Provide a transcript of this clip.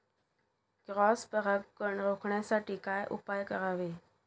Cross परागकण रोखण्यासाठी काय उपाय करावे?